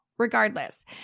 Regardless